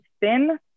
thin